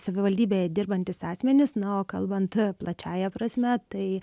savivaldybėje dirbantys asmenys na o kalbant plačiąja prasme tai